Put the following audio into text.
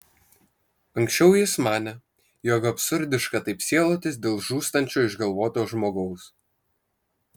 anksčiau jis manė jog absurdiška taip sielotis dėl žūstančio išgalvoto žmogaus